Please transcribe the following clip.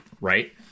right